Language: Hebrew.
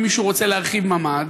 אם מישהו רוצה להרחיב ממ"ד,